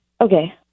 Okay